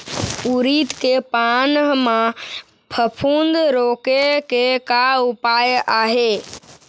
उरीद के पान म फफूंद रोके के का उपाय आहे?